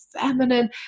feminine